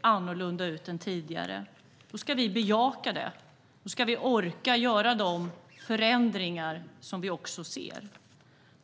annorlunda än tidigare. Då ska vi bejaka det. Då ska vi orka göra de förändringar som vi ser behov av.